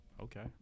Okay